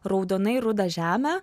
raudonai rudą žemę